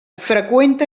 freqüenta